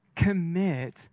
Commit